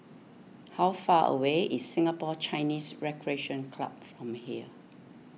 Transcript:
how far away is Singapore Chinese Recreation Club from here